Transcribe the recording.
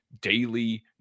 daily